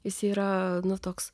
jis yra toks